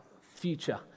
future